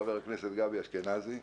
חבר הכנסת גבי אשכנזי.